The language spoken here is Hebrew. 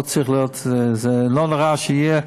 לא צריך להיות, זה לא נורא שיהיה.